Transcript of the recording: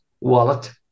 wallet